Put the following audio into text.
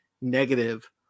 negative